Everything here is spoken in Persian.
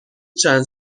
چند